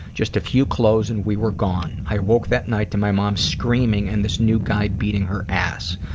just a few clothes and we were gone. i woke that night to my mom screaming and this new guy beating her ass.